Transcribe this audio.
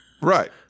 Right